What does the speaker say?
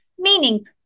Meaning